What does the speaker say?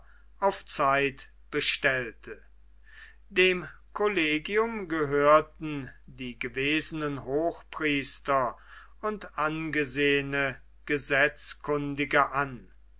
auf zeit bestellte dem kollegium gehörten die gewesenen hochpriester und angesehene gesetzkundige an